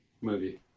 movie